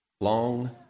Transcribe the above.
long